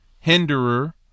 hinderer